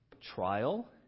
trial